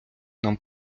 нам